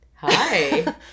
Hi